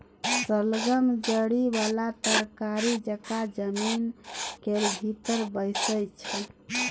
शलगम जरि बला तरकारी जकाँ जमीन केर भीतर बैसै छै